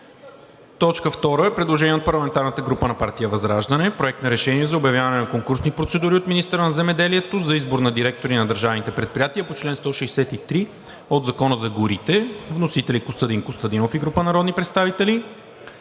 на Народното събрание от парламентарната група на партия ВЪЗРАЖДАНЕ – Проект на решение за обявяване на конкурсни процедури от министъра на земеделието за избор на директори на държавните предприятия по чл. 163 от Закона за горите. Вносители са Костадин Костадинов и група народни представители